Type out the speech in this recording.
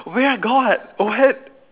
where got what